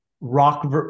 rock